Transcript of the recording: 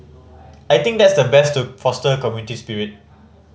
I think that's the best to foster community spirit